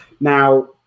Now